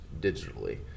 digitally